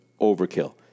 overkill